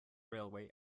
railway